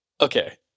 Okay